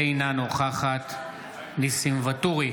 אינה נוכחת ניסים ואטורי,